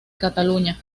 cataluña